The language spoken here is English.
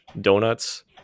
donuts